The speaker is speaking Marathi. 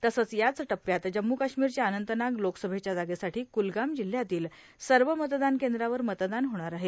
तसंच याच टप्यात जम्मू काश्मीरच्या अनंतनाग लोकसभेच्या जागेसाठी कुलगाम जिल्ह्यातील सव मतदान कद्रावर मतदान होणार आहे